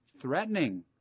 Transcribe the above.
threatening